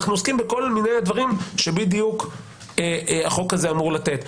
אנחנו עוסקים בכל מיני דברים שבדיוק החוק הזה אמור לתת.